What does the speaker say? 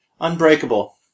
Unbreakable